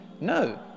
no